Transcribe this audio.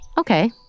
Okay